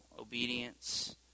obedience